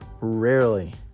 rarely